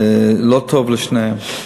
לא טוב לשניהם,